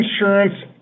insurance